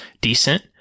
decent